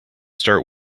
start